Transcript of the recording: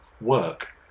work